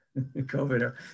COVID